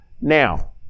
Now